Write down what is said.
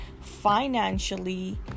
financially